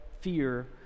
fear